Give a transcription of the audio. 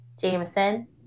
Jameson